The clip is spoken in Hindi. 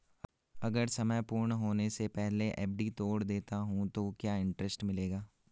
अगर समय पूर्ण होने से पहले एफ.डी तोड़ देता हूँ तो क्या इंट्रेस्ट मिलेगा?